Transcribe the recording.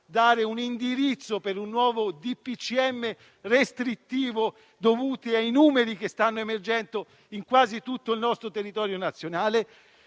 dare un indirizzo per un nuovo DPCM restrittivo dovuto ai numeri che stanno emergendo in quasi tutto il nostro territorio nazionale.